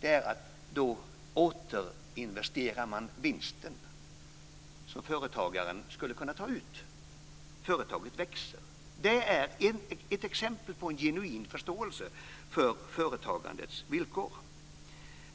är att företagaren då nästan alltid återinvesterar vinsten som han eller hon skulle kunna ta ut. Företaget växer. Det är ett exempel på genuin förståelse för företagandets villkor.